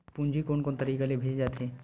पूंजी कोन कोन तरीका ले भेजे जाथे?